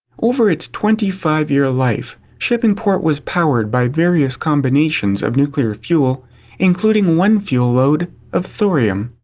over its twenty five year life, shippingport was powered by various combinations of nuclear fuel including one fuel load of thorium.